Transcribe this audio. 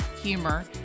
humor